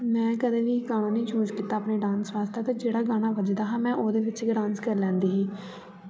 में कदे बी गाना निं चूस कीत्ता अपने डांस वास्तै ते जेह्ड़ा गाना बजदा हा ते में ओह्दे बिच उप्पर नचना करी लैंदी ही